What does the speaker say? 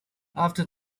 after